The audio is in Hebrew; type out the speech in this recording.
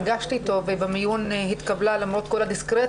וגם כן מהרשויות שלא מוכנות לטפל מיידית במקרה של אונס,